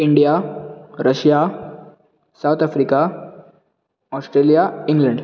India Russia South Africa Australia England